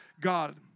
God